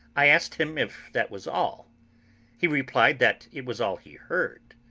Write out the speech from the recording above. i asked him if that was all he replied that it was all he heard.